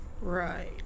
right